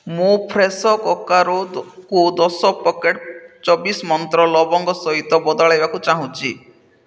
ମୁଁ ଫ୍ରେଶୋ କୋକାରୁକୁ ଦଶ ପ୍ୟାକେଟ୍ ଚବିଶ ମନ୍ତ୍ର ଲବଙ୍ଗ ସହିତ ବଦଳାଇବାକୁ ଚାହୁଁଛି